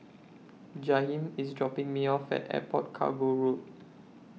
Jaheem IS dropping Me off At Airport Cargo Road